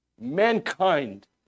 mankind